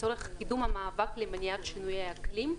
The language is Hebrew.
לצורך קידום המאבק למניעת שינויי אקלים.